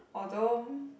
although